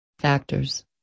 factors